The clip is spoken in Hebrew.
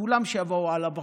כולם, שיבואו על הברכה,